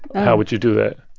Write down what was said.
how would you do that?